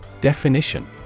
Definition